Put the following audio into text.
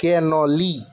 cannoli